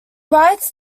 writes